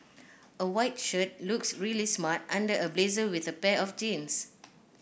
a white shirt looks really smart under a blazer with a pair of jeans